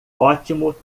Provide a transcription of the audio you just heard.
ótimo